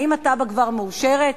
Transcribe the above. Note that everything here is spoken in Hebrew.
האם התב"ע כבר מאושרת?